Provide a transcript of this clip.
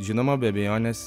žinoma be abejonės